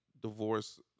divorce